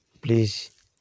please